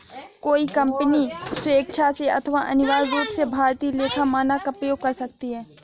कोई कंपनी स्वेक्षा से अथवा अनिवार्य रूप से भारतीय लेखा मानक का प्रयोग कर सकती है